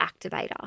activator